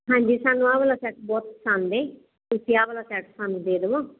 ਹਾਂਜੀ ਸਾਨੂੰ ਆਹ ਵਾਲਾ ਸੈਟ ਬਹੁਤ ਪਸੰਦ ਹ ਤੁਸੀਂ ਆਹ ਵਾਲਾ ਸੈਟ ਸਾਨੂੰ ਦੇ ਦਵੋ